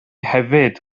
hefyd